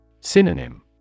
Synonym